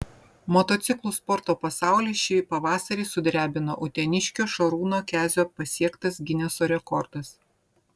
motociklų sporto pasaulį šį pavasarį sudrebino uteniškio šarūno kezio pasiektas gineso rekordas